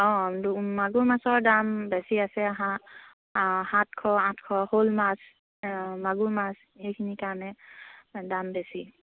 অঁ মাগুৰ মাছৰ দাম বেছি আছে সা সাতশ আঠশ শ'ল মাছ মাগুৰ মাছ এইখিনিৰ কাৰণে দাম বেছি